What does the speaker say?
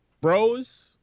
Bros